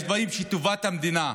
יש דברים שהם טובת המדינה,